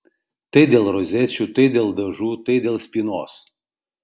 tai dėl rozečių tai dėl dažų tai dėl spynos